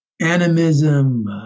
animism